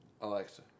Alexa